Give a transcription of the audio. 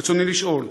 רצוני לשאול: